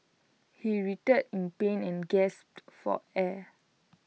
he writhed in pain and gasped for air